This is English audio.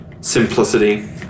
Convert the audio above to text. simplicity